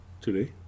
today